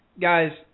guys